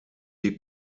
hier